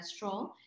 cholesterol